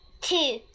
Two